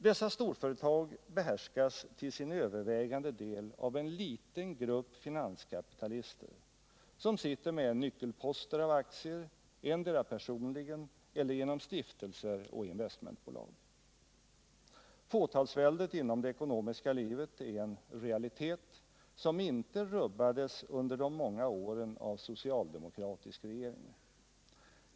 Dessa storföretag behärskas till övervägande del av en liten grupp finanskapitalister, som sitter med nyckelposter av aktier, antingen personligen eller genom stiftelser och investmentbolag. Fåtalsväldet inom det ekonomiska livet är en realitet, som icke rubbades under de många åren av socialdemokratisk regering.